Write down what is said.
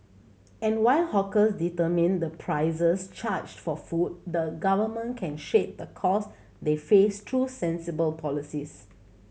and while hawkers determine the prices charged for food the Government can shape the cost they face through sensible policies